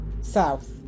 South